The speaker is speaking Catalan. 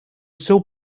seu